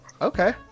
okay